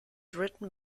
written